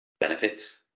benefits